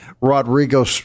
Rodrigo